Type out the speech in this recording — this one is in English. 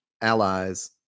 allies